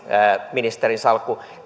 ministerinsalkku